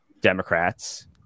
democrats